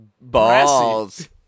Balls